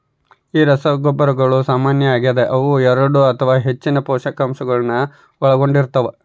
ಈ ರಸಗೊಬ್ಬರಗಳು ಸಾಮಾನ್ಯ ಆಗತೆ ಅವು ಎರಡು ಅಥವಾ ಹೆಚ್ಚಿನ ಪೋಷಕಾಂಶಗುಳ್ನ ಒಳಗೊಂಡಿರ್ತವ